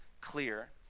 clear